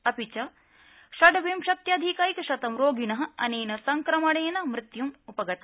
अपि च षड्विंशत्यधिकैकशतं रोगिण अनेन संक्रमणेन मृत्युं उपगता